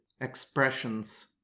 expressions